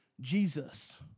Jesus